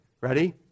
Ready